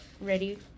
ready